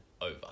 over